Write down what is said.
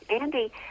Andy